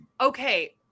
Okay